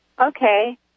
Okay